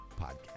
podcast